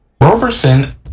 Roberson